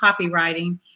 copywriting